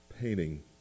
painting